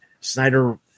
Snyder